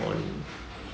on